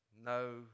No